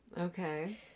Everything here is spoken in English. Okay